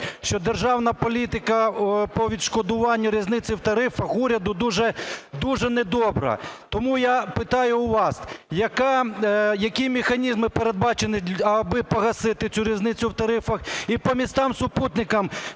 що державна політика по відшкодуванню різниці в тарифах уряду дуже недобра. Тому я питаю у вас: які механізми передбачені, аби погасити цю різницю в тарифах? І по містам-супутникам